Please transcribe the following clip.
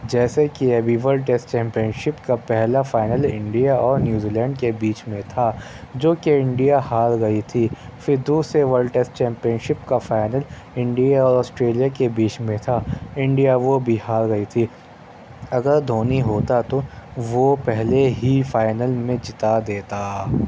جیسے کہ ابھی ورلڈ ٹیسٹ چیمپئن شِپ کا پہلا فائنل انڈیا اور نیوزی لینڈ کے بیچ میں تھا جو کہ انڈیا ہار گئی تھی پھر دوسرے ورلڈ ٹیسٹ چیمپئن شِپ کا فائنل انڈیا اور اسٹریلیا کے بیچ میں تھا انڈیا وہ بھی ہار گئی تھی اگر دھونی ہوتا تو وہ پہلے ہی فائنل میں جِتا دیتا